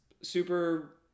super